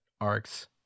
arcs